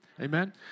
Amen